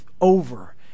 over